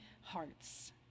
hearts